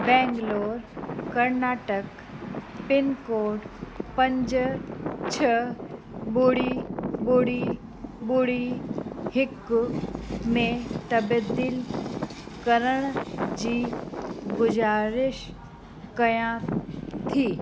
Bangalore Karnataka pin code पंज छह ॿुड़ी ॿुड़ी ॿुड़ी हिक में तबदील करण जी गुज़ारिश कयां थी